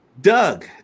Doug